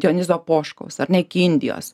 dionizo poškaus ar ne iki indijos